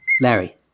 Larry